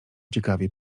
ciekawie